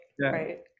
Right